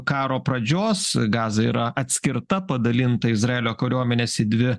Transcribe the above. karo pradžios gaza yra atskirta padalinta izraelio kariuomenės į dvi